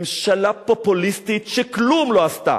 ממשלה פופוליסטית, שכלום לא עשתה.